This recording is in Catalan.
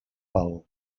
val